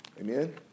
Amen